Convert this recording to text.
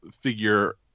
figure